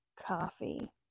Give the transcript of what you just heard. coffee